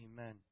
Amen